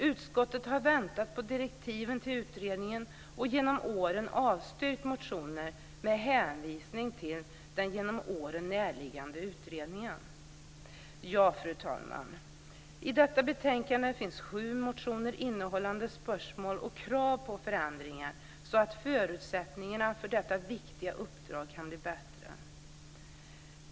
Utskottet har väntat på direktiven till utredningen och genom åren avstyrkt motioner med hänvisning till den genom åren närliggande utredningen. Fru talman! I betänkandet finns sju motioner innehållande spörsmål och krav på förändringar så att förutsättningarna för att detta viktiga uppdrag kan bli bättre.